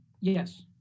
yes